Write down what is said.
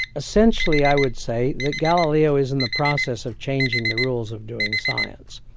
essentially i would say that galileo is in the process of changing the rules of doing science.